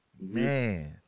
Man